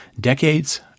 decades